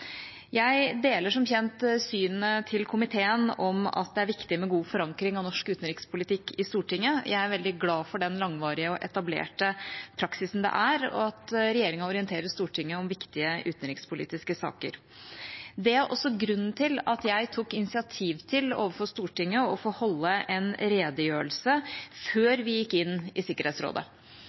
Jeg deler som kjent synet til komiteen om at det er viktig med god forankring av norsk utenrikspolitikk i Stortinget. Jeg er veldig glad for den langvarige og etablerte praksisen det er, og at regjeringa orienterer Stortinget om viktige utenrikspolitiske saker. Det er også grunnen til at jeg tok initiativ overfor Stortinget til å få holde en redegjørelse før vi gikk inn i Sikkerhetsrådet.